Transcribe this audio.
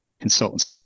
consultants